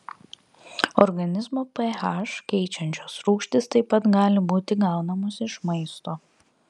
organizmo ph keičiančios rūgštys taip pat gali būti gaunamos iš maisto